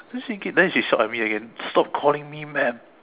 then she keep then she shout at me again stop calling me maam